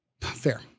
Fair